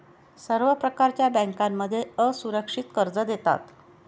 सर्व प्रकारच्या बँकांमध्ये असुरक्षित कर्ज देतात